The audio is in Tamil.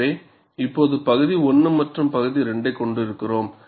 எனவே இப்போது பகுதி 1 மற்றும் பகுதி 2 ஐக் கொண்டிருக்கிறோம்